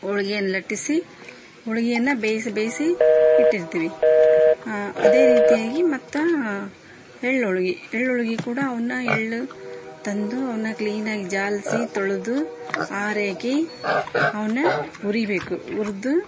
ಹೋಳಿಗೆಯನ್ನ ಲಟ್ಟಿಸಿ ಹೋಳಿಗೆಯನ್ನ ಬೇಯಿಸಿ ಬೇಯಿಸಿ ಇಟ್ಟಿರ್ತೀವಿ ಅದೇ ರೀತಿಯಾಗಿ ಮತ್ತು ಎಳ್ಳು ಹೋಳಿಗಿ ಎಳ್ಳು ಹೋಳಿಗಿ ಕೂಡ ಅವನ್ನ ಎಳ್ಳು ತಂದು ಅವನ್ನ ಕ್ಲೀನಾಗಿ ಜಾಳ್ಸಿ ತೊಳೆದು ಆರೈಕೆ ಅವನ್ನ ಹುರಿಬೇಕು ಹುರ್ದು